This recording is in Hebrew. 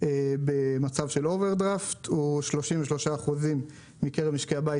במצב של אוברדרפט הוא 33% מקרב משקי הבית